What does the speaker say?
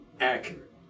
accurate